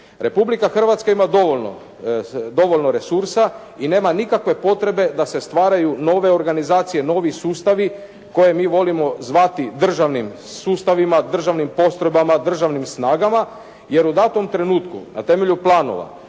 Republika Hrvatska ima dovoljno resursa i nema nikakve potrebe da se stvaraju nove organizacije, novi sustavi koje mi volimo zvati državnim sustavima, državnim postrojbama, državnim snagama jer u takvom trenutku na temelju planova